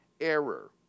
error